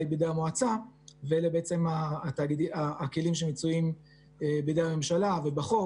בידי המועצה ואלה בעצם הכלים שמצויים בידי הממשלה ובחוק